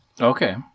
Okay